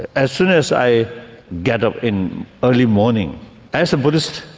ah as soon as i get up in early morning as a buddhist,